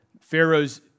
Pharaoh's